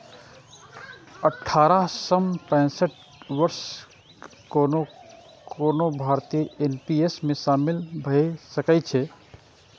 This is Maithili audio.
अठारह सं पैंसठ वर्षक कोनो भारतीय एन.पी.एस मे शामिल भए सकै छै